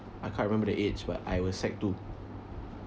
I can't remember the age but I was sec two